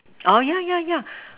orh yeah yeah yeah